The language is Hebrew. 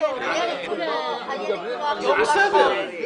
קשור רק לתפקוד המשטרה.